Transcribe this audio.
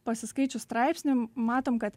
pasiskaičius straipsnį matom kad